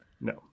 No